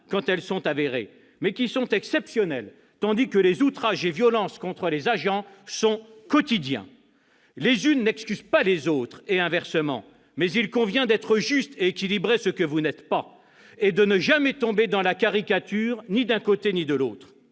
quand elles sont avérées, mais qui sont exceptionnelles, tandis que les outrages et violences contre agents sont quotidiens. Les unes n'excusent pas les autres, et inversement. Mais il convient d'être juste et équilibré, ce que vous n'êtes pas, chère collègue, et de ne jamais tomber dans la caricature, ni d'un côté ni de l'autre.